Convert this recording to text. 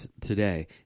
today